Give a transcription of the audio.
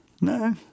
no